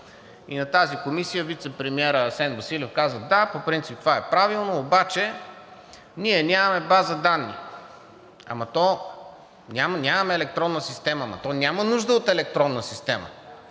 и на тази Комисия вицепремиерът Асен Василев каза: „Да, по принцип това е правилно, обаче ние нямаме база данни. Ама то нямаме електронна система“… Няма нужда от електронна система.